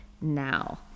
now